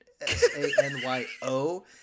S-A-N-Y-O